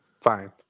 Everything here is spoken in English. Fine